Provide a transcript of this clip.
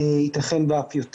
יתכן ואף יותר.